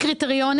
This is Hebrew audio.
מכוניות.